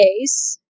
case